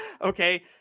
Okay